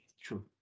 true